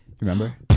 Remember